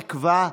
תקווה.